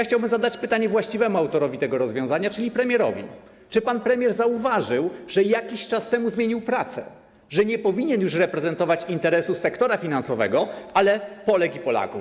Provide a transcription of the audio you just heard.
Chciałbym zadać pytanie właściwemu autorowi tego rozwiązania, czyli premierowi: Czy pan premier zauważył, że jakiś czas temu zmienił pracę, że nie powinien już reprezentować interesu sektora finansowego, ale interes Polek i Polaków?